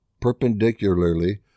perpendicularly